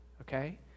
okay